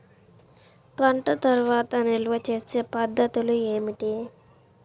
పంట తర్వాత నిల్వ చేసే పద్ధతులు ఏమిటి?